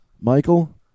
Michael